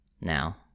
Now